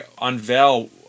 unveil